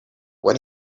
when